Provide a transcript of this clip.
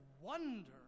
wonder